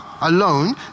alone